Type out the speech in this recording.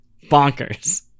bonkers